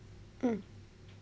mm